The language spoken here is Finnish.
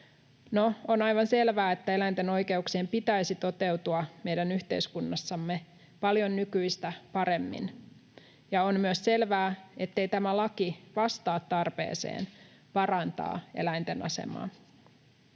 On aivan selvää, että eläinten oikeuksien pitäisi toteutua meidän yhteiskunnassamme paljon nykyistä paremmin. On myös selvää, ettei tämä laki vastaa tarpeeseen parantaa eläinten asemaa.